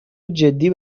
جدی